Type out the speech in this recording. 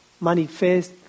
manifest